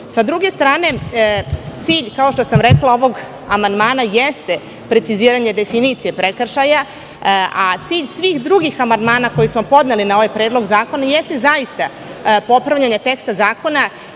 druge strane, cilj ovog amandmana, kao što sam rekla, jeste preciziranje definicije prekršaja, a cilj svih drugih amandmana koje smo podneli na ovaj Predlog zakona jeste popravljanje teksta zakona